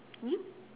we